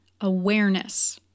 awareness